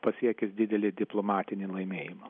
pasiekęs didelį diplomatinį laimėjimą